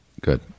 Good